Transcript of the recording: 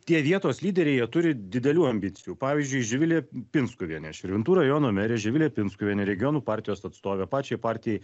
tie vietos lyderiai jie turi didelių ambicijų pavyzdžiui živilė pinskuvienė širvintų rajono merė živilė pinskuvienė regionų partijos atstovė pačiai partijai